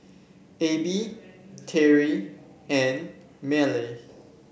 Abie Tari and Mylie